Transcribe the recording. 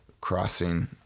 crossing